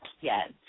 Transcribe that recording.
yes